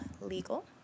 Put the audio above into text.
Legal